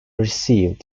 received